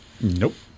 Nope